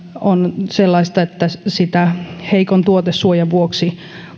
on sellaista että sitä heikon tuotesuojan vuoksi